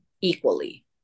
equally